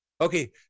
Okay